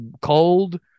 cold